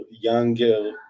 younger